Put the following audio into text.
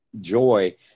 joy